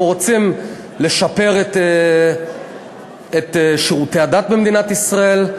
אנחנו רוצים לשפר את שירותי הדת במדינת ישראל,